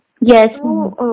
Yes